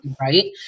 right